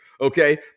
Okay